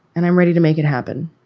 and i'm ready to make it happen.